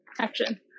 action